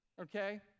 okay